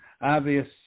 Obvious